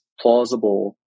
plausible